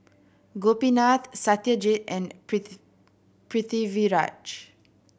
Gopinath Satyajit and Pritiviraj